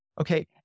okay